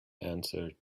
answered